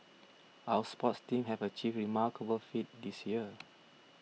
our sports teams have achieved remarkable feats this year